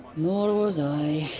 nor was i.